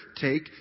take